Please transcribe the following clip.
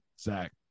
Zach